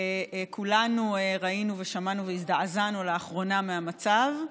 כולנו ראינו, שמענו והזדעזענו לאחרונה מהמצב.